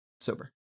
sober